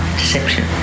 deception